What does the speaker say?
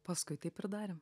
paskui taip ir darėm